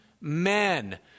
men